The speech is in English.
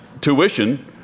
tuition